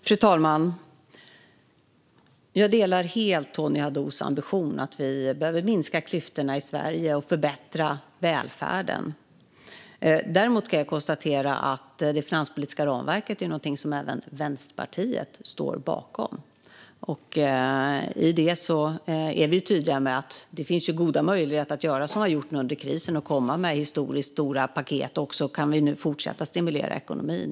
Fru talman! Jag delar helt Tony Haddous ambition att minska klyftorna i Sverige och förbättra välfärden. Däremot kan jag konstatera att det finanspolitiska ramverket är någonting som även Vänsterpartiet står bakom. I det är vi tydliga med att det finns goda möjligheter att göra som vi har gjort under krisen och komma med historiskt stora paket och fortsätta att stimulera ekonomin.